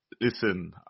listen